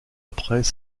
après